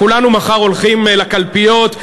כולנו מחר הולכים לקלפיות.